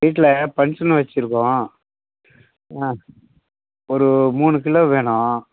வீட்டில் ஃபங்க்ஷன் வைச்சிருக்கோம் ஆ ஒரு மூணு கிலோ வேணும்